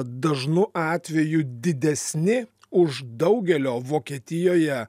dažnu atveju didesni už daugelio vokietijoje